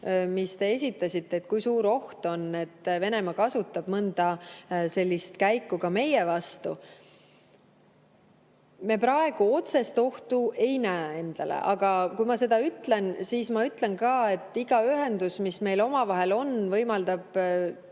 mis te esitasite, et kui suur on oht, et Venemaa kasutab mõnda sellist käiku ka meie vastu. Me praegu otsest ohtu ei näe endale, aga kui ma seda ütlen, siis ma ütlen ka seda, et iga ühendus, mis meil omavahel on, võimaldab